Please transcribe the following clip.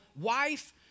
wife